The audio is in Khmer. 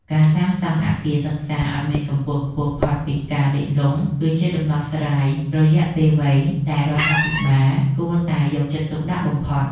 ការសាងសង់អគារសិក្សាឱ្យមានកម្ពស់ខ្ពស់ផុតពីការលិចលង់ គឺជាដំណោះស្រាយរយៈពេលវែងដែលរដ្ឋាភិបាលគួរតែយកចិត្តទុកដាក់បំផុត។